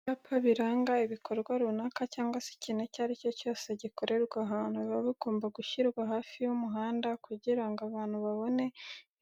Ibyapa biranga ibikorwa runaka cyangwa se ikintu icyo ari cyo cyose gikorerwa ahantu, biba bigomba gushyirwa hafi y'umuhanda kugira ngo abantu babone